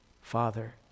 Father